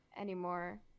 anymore